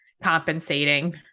compensating